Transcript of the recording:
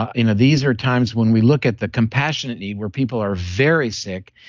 ah you know these are times when we look at the compassionate need, where people are very sick,